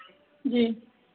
जी